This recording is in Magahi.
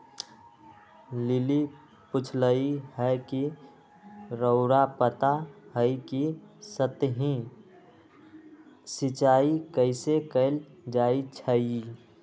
लिली पुछलई ह कि रउरा पता हई कि सतही सिंचाई कइसे कैल जाई छई